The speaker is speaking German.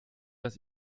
das